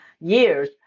years